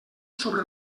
sobre